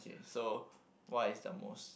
so what is the most